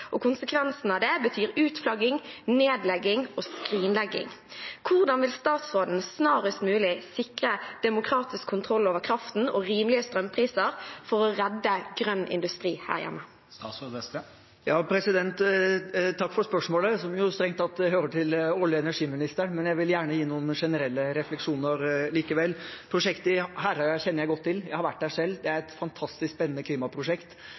og konsekvensene av det betyr utflagging, nedlegging og skrinlegging. Hvordan vil statsråden snarest mulig sikre demokratisk kontroll over kraften og rimelige strømpriser for å redde grønn industri her hjemme? Takk for spørsmålet, som jo strengt tatt hører til olje- og energiministerens ansvarsområde. Jeg vil gjerne gi noen generelle refleksjoner likevel. Prosjektet Herøya kjenner jeg godt til. Jeg har vært der selv. Det er et fantastisk spennende klimaprosjekt,